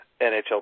NHL